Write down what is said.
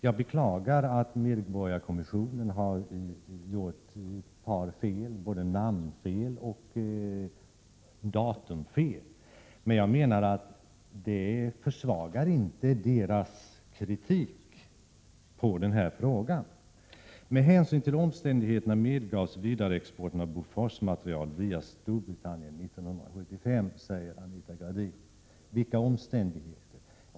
Jag beklagar att medborgarkommissionen har gjort ett par fel, både namnfel och datumfel, men det försvagar inte dess kritik i den här saken. ”Med hänsyn till omständigheterna medgavs vidareexporten av Boforsmateriel via Storbritannien 1975”, säger Anita Gradin. Vilka omständigheter?